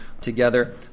together